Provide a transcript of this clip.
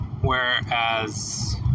Whereas